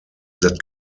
that